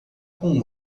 com